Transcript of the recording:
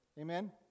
Amen